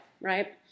right